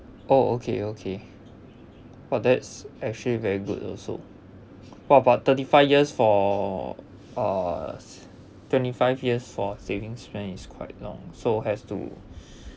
oh okay okay but that's actually very good also !whoa! but thirty five years for uh twenty five years for savings plan is quite long so has to